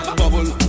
bubble